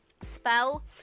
spell